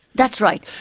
that's right.